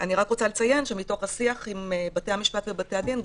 אני רק רוצה לציין שמתוך השיח עם בתי המשפט ובתי הדין,